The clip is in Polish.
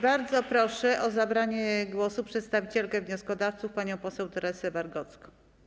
Bardzo proszę o zabranie głosu przedstawicielkę wnioskodawców panią poseł Teresę Wargocką.